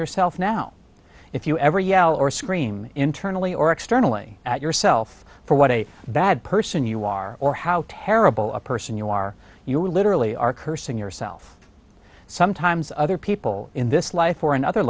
yourself now if you ever yell or scream internally or externally at yourself for what a bad person you are or how terrible a person you are you literally are cursing yourself sometimes other people in this life or in other